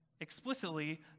explicitly